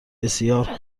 بسیار